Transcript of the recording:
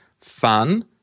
fun